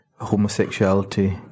homosexuality